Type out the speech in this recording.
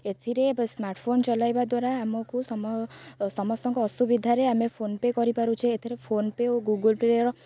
ଏଥିରେ smart phone ଚଲାଇବା ଦ୍ୱାରା ଆମକୁ ସମସ୍ତଙ୍କ ଅସୁବିଧାରେ ଆମେ ଫୋନ୍ପେ' କରିପାରୁଛେ ଏଥିରେ ଫୋନ୍ପେ' ଓ ଗୁଗୁଲ୍ ପେ'ର